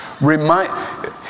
Remind